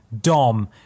Dom